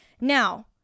Now